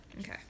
okay